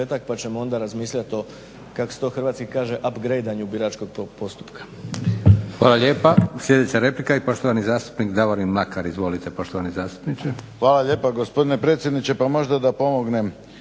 pa ćemo onda razmišljati o kako se to hrvatski kaže apgredanju biračkog postupka.